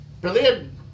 brilliant